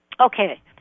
Okay